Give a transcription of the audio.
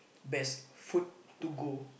best food to go